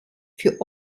für